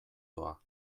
doa